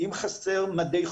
אם חסרים מדי חום,